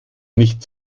nicht